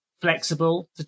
flexible